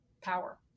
power